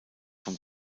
vom